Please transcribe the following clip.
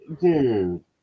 dude